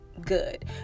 Good